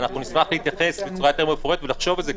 אנחנו נשמח להתייחס בצורה יותר מפורטת ולחשוב על זה.